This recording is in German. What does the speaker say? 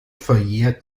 verjährt